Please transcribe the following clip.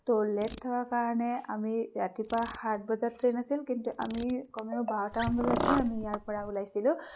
তহ লেট থকা কাৰণে আমি ৰাতিপুৱা সাত বজাত ট্ৰেইন আছিল কিন্তু আমি কমেও বাৰটামান বজাতহে আমি ইয়াৰ পৰা ওলাইছিলোঁ